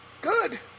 Good